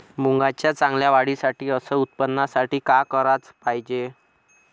मुंगाच्या चांगल्या वाढीसाठी अस उत्पन्नासाठी का कराच पायजे?